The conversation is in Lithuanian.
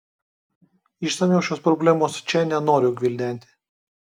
išsamiau šios problemos čia nenoriu gvildenti